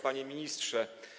Panie Ministrze!